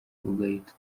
ugahita